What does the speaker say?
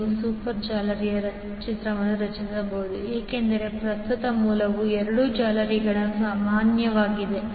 ನೀವು ಸೂಪರ್ ಜಾಲರಿಯನ್ನು ರಚಿಸಬಹುದು ಏಕೆಂದರೆ ಪ್ರಸ್ತುತ ಮೂಲವು ಎರಡೂ ಜಾಲರಿಗಳಿಗೆ ಸಾಮಾನ್ಯವಾಗಿದೆ